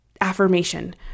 affirmation